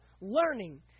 learning